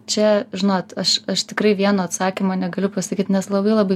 čia žinot aš aš tikrai vieno atsakymo negaliu pasakyt nes labai labai